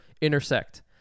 intersect